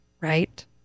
right